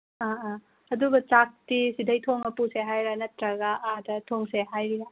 ꯑꯥ ꯑꯥ ꯑꯗꯨꯒ ꯆꯥꯛꯇꯤ ꯁꯤꯗꯒꯤ ꯊꯣꯡꯉꯒ ꯄꯨꯁꯦ ꯍꯥꯏꯔ ꯅꯠꯇ꯭ꯔꯥꯒ ꯑꯥꯗ ꯊꯣꯡꯁꯦ ꯍꯥꯏꯔꯤꯔꯥ